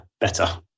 better